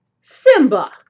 Simba